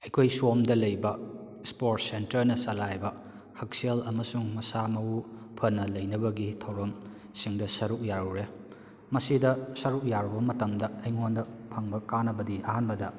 ꯑꯩꯈꯣꯏ ꯁꯣꯝꯗ ꯂꯩꯕ ꯁ꯭ꯄꯣꯔꯠꯁ ꯁꯦꯟꯇꯔꯅ ꯆꯂꯥꯏꯕ ꯍꯛꯁꯦꯜ ꯑꯃꯁꯨꯡ ꯃꯁꯥ ꯃꯎ ꯐꯅ ꯂꯩꯅꯕꯒꯤ ꯊꯧꯔꯝꯁꯤꯡꯗ ꯁꯔꯨꯛ ꯌꯥꯔꯨꯔꯦ ꯃꯁꯤꯗ ꯁꯔꯨꯛ ꯌꯥꯔꯨꯕ ꯃꯇꯝꯗ ꯑꯩꯉꯣꯟꯗ ꯐꯪꯕ ꯀꯥꯟꯅꯕꯗꯤ ꯑꯍꯥꯟꯕꯗ